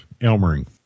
Elmering